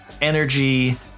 energy